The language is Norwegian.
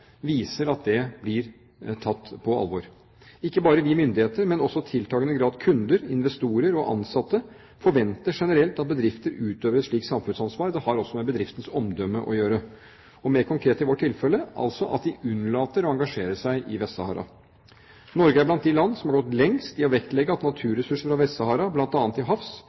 viser at det blir tatt på alvor. Ikke bare vi myndigheter, men også i tiltagende grad kunder, investorer og ansatte, forventer generelt at bedrifter utøver et slikt samfunnsansvar. Det har også med bedriftenes omdømme å gjøre. Og mer konkret i vårt tilfelle: at de unnlater å engasjere seg i Vest-Sahara. Norge er blant de land som har gått lengst i å vektlegge at naturressurser fra Vest-Sahara, bl.a. til havs,